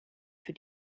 für